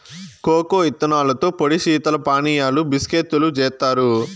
cocoa ఇత్తనాలతో పొడి శీతల పానీయాలు, బిస్కేత్తులు జేత్తారు